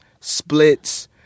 splits